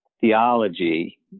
theology